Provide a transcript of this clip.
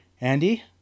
Andy